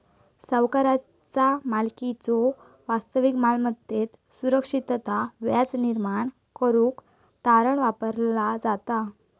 सावकाराचा मालकीच्यो वास्तविक मालमत्तेत सुरक्षितता व्याज निर्माण करुक तारण वापरला जाता